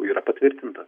yra patvirtinta